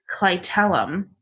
clitellum